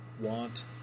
want